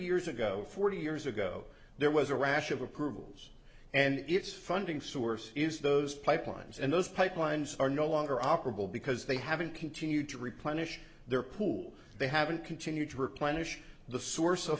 years ago forty years ago there was a rash of approvals and its funding source is those pipelines and those pipelines are no longer operable because they haven't continued to replenish their pool they haven't continued to replenish the source of